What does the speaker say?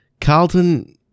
Carlton